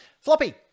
Floppy